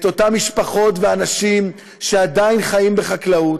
את אותם משפחות ואנשים שעדיין חיים מחקלאות.